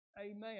Amen